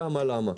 כמה ולמה.